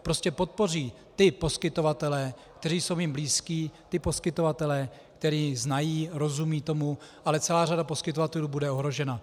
Prostě podpoří ty poskytovatele, kteří jsou jim blízcí, ty poskytovatele, které znají, rozumějí tomu, ale celá řada poskytovatelů bude ohrožena.